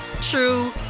true